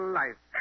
life